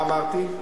אה, מה אמרתי?